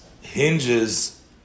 hinges